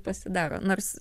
pasidaro nors